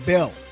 Bill